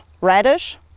radish